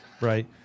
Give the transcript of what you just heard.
right